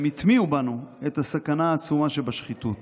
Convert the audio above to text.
הם הטמיעו בנו את הסכנה העצומה שבשחיתות,